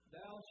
Thou